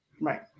Right